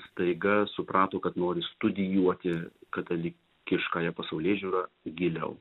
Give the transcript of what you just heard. staiga suprato kad nori studijuoti katalikiškąją pasaulėžiūrą giliau